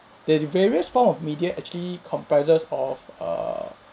there the various form of media actually comprises of err